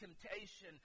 temptation